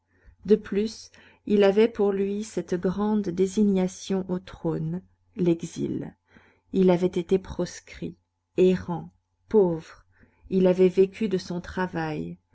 de plus il avait pour lui cette grande désignation au trône l'exil il avait été proscrit errant pauvre il avait vécu de son travail